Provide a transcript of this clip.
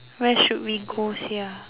where should we go sia